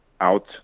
out